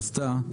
עשתה,